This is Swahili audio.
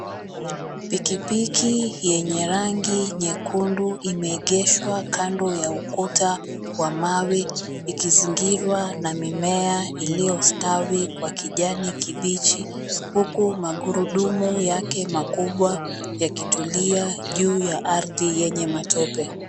Pikipiki yenye rangi nyekundu imeegeshwa kando ya ukuta wa mawe ikizingirwa na mimea iliostawi kwa kijani kibichi huku magurudumu yake makubwa yakitulia juu ya ardhi yenye matope.